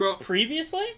previously